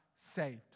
saved